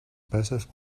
passive